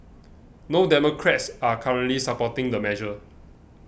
no Democrats are currently supporting the measure